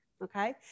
Okay